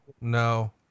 No